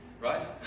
right